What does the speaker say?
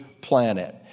planet